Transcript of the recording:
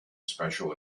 special